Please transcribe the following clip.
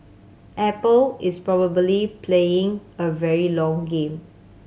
apple is probably playing a very long game